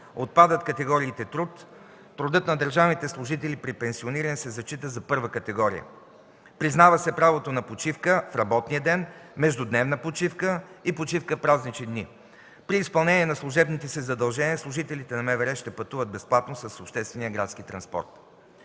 Отпадат категориите труд. Трудът на държавните служители при пенсиониране се зачита за първа категория. Признава се правото на почивка в работния ден, междудневна почивка и почивка в празнични дни. При изпълнение на служебните си задължения служителите на МВР ще пътуват безплатно с обществения градски транспорт.